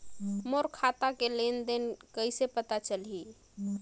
मोर खाता के लेन देन कइसे पता चलही?